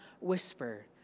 whisper